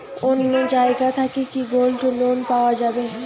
অন্য জায়গা থাকি কি গোল্ড লোন পাওয়া যাবে?